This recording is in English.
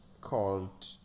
called